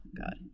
god